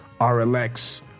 RLX